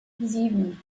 sieben